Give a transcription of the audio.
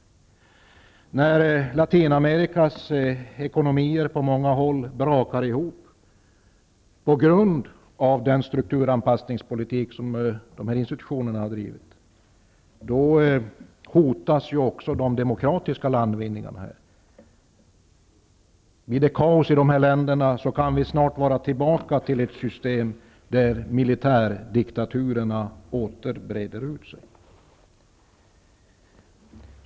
När Latinamerikas ekonomier på många håll brakar ihop på grund av den strukturanpassningspolitik som de här institutionerna har bedrivit hotas ju också de demokratiska landvinningarna. Blir det kaos i länderna kan vi snart vara tillbaka i ett läge då militärdiktaturerna åter breder ut sig.